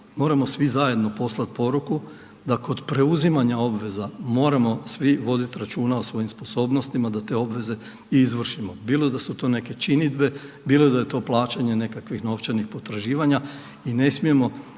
moramo svi zajedno poslati poruku da kod preuzimanja obveza moramo svi voditi računa o svojim sposobnostima da te obveze i izvršimo, bilo da su to neke činidbe, bilo da je to plaćanje nekakvih novčanih potraživanja i ne smijemo